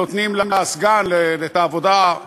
נותנים לסגן את העבודה אני